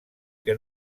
que